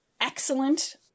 excellent